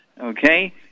okay